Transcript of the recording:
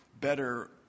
better